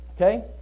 Okay